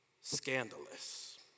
scandalous